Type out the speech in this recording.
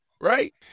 right